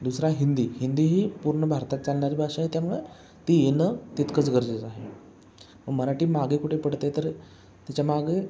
दुसरा हिंदी हिंदी ही पूर्ण भारतात चालणारी भाषा आहे त्यामुळे ती येणं तितकंच गरजेचं आहे मराठी मागे कुठे पडते आहे तर त्याच्यामागे